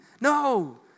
No